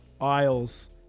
Isles